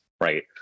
Right